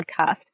podcast